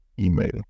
email